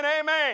amen